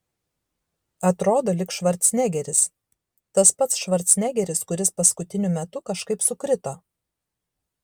atrodo lyg švarcnegeris tas pats švarcnegeris kuris paskutiniu metu kažkaip sukrito